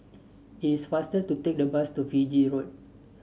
it is faster to take the bus to Fiji Road